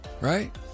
right